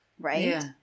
right